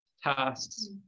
Tasks